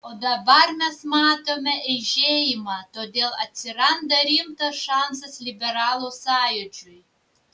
o dabar mes matome eižėjimą todėl atsiranda rimtas šansas liberalų sąjūdžiui